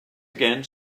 again